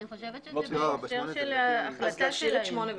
אני חושבת שזה בהקשר של החלטה שלהם.